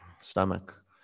stomach